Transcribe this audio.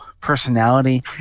personality